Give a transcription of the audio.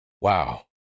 wow